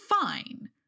fine